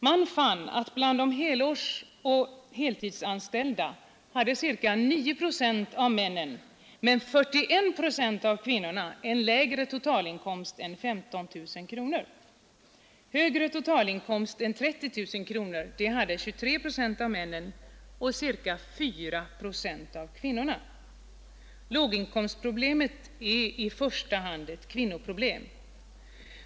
Man fann att bland de helårsoch heltidsanställda hade ca 9 procent av männen men 41 procent av kvinnorna en lägre totalinkomst än 15 000 kronor. Högre totalinkomst än 30 000 hade ca 23 procent av männen och ca 4 procent av kvinnorna. Låginkomstproblemet är i första hand ett kvinnoproblem!